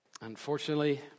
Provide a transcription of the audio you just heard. Unfortunately